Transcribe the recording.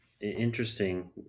interesting